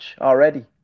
already